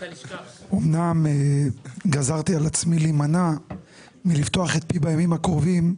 אמנם גזרתי על עצמי להימנע מלפתוח את פי בימים הקרובים,